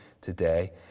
today